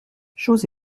chose